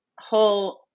whole